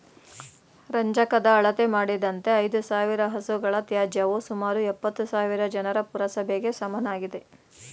ರಂಜಕದ ಅಳತೆ ಮಾಡಿದಂತೆ ಐದುಸಾವಿರ ಹಸುಗಳ ತ್ಯಾಜ್ಯವು ಸುಮಾರು ಎಪ್ಪತ್ತುಸಾವಿರ ಜನರ ಪುರಸಭೆಗೆ ಸಮನಾಗಿದೆ